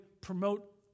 promote